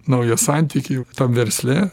naują santykį versle